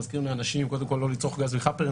מזכירים לאנשים קודם כל לא לצרוך גז לחאפרים,